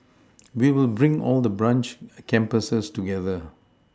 we will bring all the branch campuses together